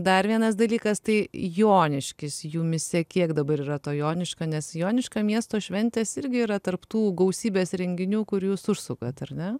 dar vienas dalykas tai joniškis jumyse kiek dabar yra to joniškio nes joniškio miesto šventės irgi yra tarp tų gausybės renginių kur jūs užsukat ar ne